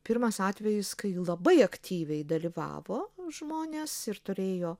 pirmas atvejis kai labai aktyviai dalyvavo žmonės ir turėjo